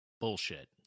Bullshit